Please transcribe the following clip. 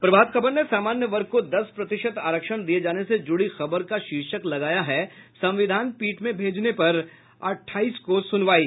प्रभात खबर ने सामान्य वर्ग को दस प्रतिशत आरक्षण दिये जाने से जुड़ी खबर का शीर्षक लगाया है संविधान पीठ में भेजने पर अटठाईस को सुनवायी